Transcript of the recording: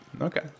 Okay